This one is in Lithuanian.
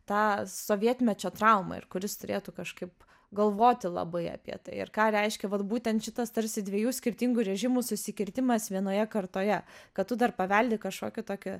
tą sovietmečio traumą ir kuris turėtų kažkaip galvoti labai apie tai ir ką reiškia vat būtent šitas tarsi dviejų skirtingų režimų susikirtimas vienoje kartoje kad tu dar paveldi kažkokį tokį